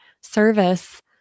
service